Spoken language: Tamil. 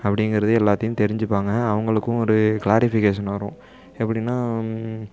அப்படிங்கறது எல்லாத்தையும் தெரிஞ்சிப்பாங்க அவங்களுக்கும் ஒரு க்ளாரிஃபிகேஷன் வரும் எப்படினா